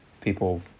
people